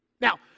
Now